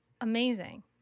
amazing